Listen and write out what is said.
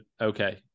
okay